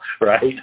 Right